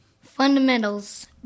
Fundamentals